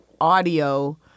audio